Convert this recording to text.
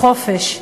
חופש.